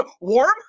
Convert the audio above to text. Warm